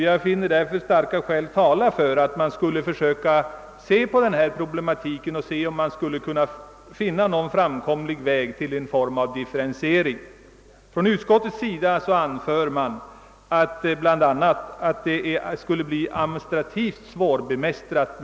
Jag finner därför starka skäl tala för att man skall studera dessa problem närmare och försöka finna någon lämplig form för differentiering. Utskottsmajoriteten anför att ett sådant system skulle bli administrativt svårbemästrat.